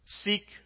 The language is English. Seek